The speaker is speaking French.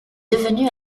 devenu